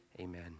Amen